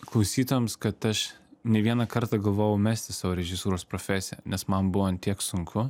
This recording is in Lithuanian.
klausytojams kad aš ne vieną kartą galvojau mesti savo režisūros profesiją nes man buvo ant tiek sunku